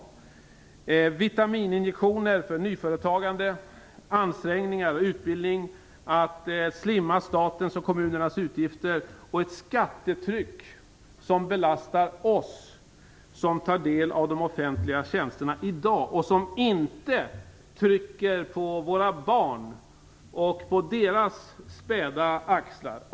Det kan vara vitamininjektioner för nyföretagande, ansträngningar och utbildning, att man slimmar statens och kommunernas utgifter samt ett skattetryck som belastar oss som tar del av de offentliga tjänsterna i dag och som inte trycker våra barns späda axlar.